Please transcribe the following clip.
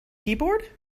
keyboard